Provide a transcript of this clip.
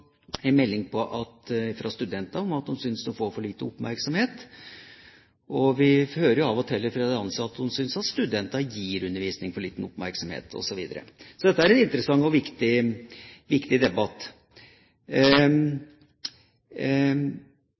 om at de synes de får for lite oppmerksomhet, og vi hører av og til fra de ansatte at de synes studenter gir undervisningen for liten oppmerksomhet osv. Så dette er en interessant og viktig debatt.